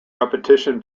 repetition